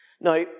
Now